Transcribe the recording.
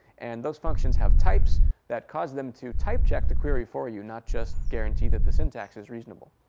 and those functions have types that cause them to type check the query for you, not just guarantee that the syntax is reasonable.